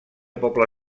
poble